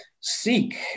Seek